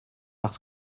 parce